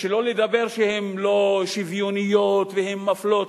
שלא נדבר שהם לא שוויוניים והם מפלים,